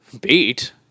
Beat